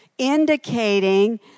indicating